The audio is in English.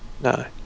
No